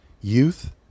youth